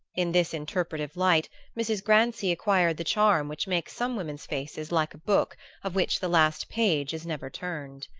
in this interpretative light mrs. grancy acquired the charm which makes some women's faces like a book of which the last page is never turned.